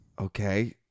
Okay